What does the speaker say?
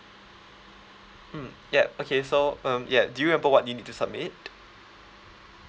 mm yup okay so um ya do you remember what you need to submit